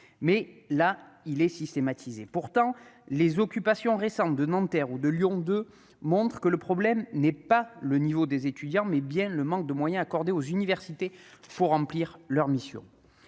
à la systématiser. Pourtant, les occupations récentes des universités de Nanterre ou de Lyon 2 montrent que le problème est non pas le niveau des étudiants, mais bien le manque de moyens accordés aux universités pour remplir leurs missions.